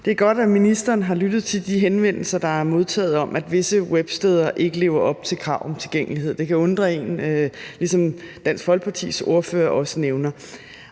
Det er godt, at ministeren har lyttet til de henvendelser, der er kommet, om, at visse websteder ikke lever op til kravet om tilgængelighed. Det kan undre en, ligesom Dansk Folkepartis ordfører også nævner.